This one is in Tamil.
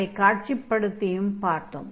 அதைக் காட்சிப்படுத்தியும் பார்த்தோம்